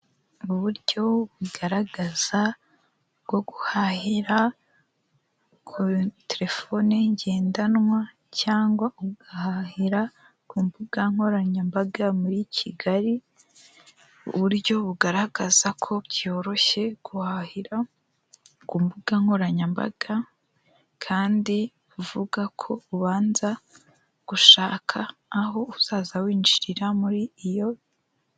Ni uburyo bugaragaza bwo guhahira kuri terefoni ngendanwa cyangwa ugahahira ku mbuga nkoranyambaga muri Kigali, uburyo bugaragaza ko byoroshye guhahira ku mbuga nkoranyambaga kandi buvuga ko ubanza gushaka aho uzaza winjirira muri iyo